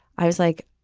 i was like,